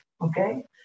okay